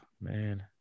man